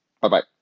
Bye-bye